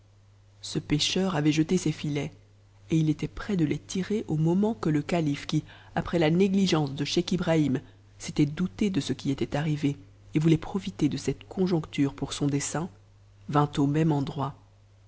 c cheur avait jeté ses filets et il était prêt de les tirer au moment qui après la négligence de scheich ibrahim s'était douté de ce qui était arrivé et voulait profiter de cette conjoncture pour son dessein vint amaênic endroit